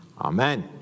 Amen